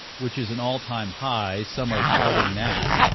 which is an all-time high. some are touting that,